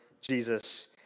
Jesus